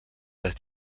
les